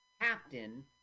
captain